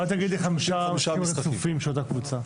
אולי תגידי חמישה משחקים רצופים של אותה קבוצה.